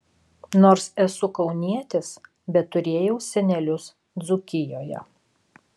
nors esu kaunietis bet turėjau senelius dzūkijoje